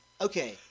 Okay